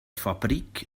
fabrik